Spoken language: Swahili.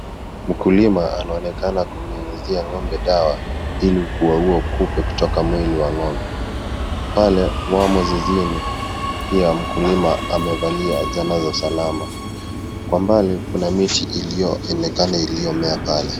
Mkulima anaonekana kumnyunyizia ngombe dawa, ili kuwaua kupe kutoka mwili wa ngombe, pale, wamo zizini, pia mkulima amevalia zana za usalama, kwa mbali kuna miti iliyo onekana iliyo mea pale.